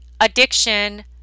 addiction